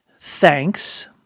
thanks